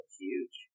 huge